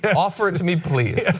and offer it to me please